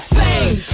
fame